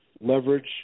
leverage